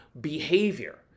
behavior